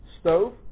stove